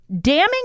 damning